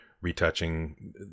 retouching